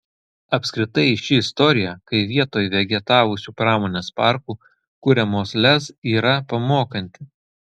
apskritai ši istorija kai vietoj vegetavusių pramonės parkų kuriamos lez yra pamokanti